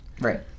Right